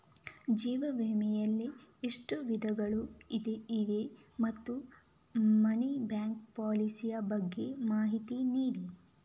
ಜೀವ ವಿಮೆ ಯಲ್ಲಿ ಎಷ್ಟು ವಿಧಗಳು ಇವೆ ಮತ್ತು ಮನಿ ಬ್ಯಾಕ್ ಪಾಲಿಸಿ ಯ ಬಗ್ಗೆ ಮಾಹಿತಿ ನೀಡಿ?